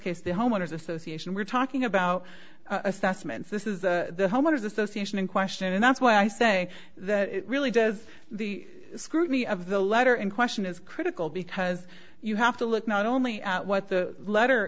case the homeowners association we're talking about assessments this is the homeowners association in question and that's why i say that really does the scrutiny of the letter in question is critical because you have to look not only at what the letter